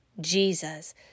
Jesus